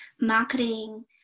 marketing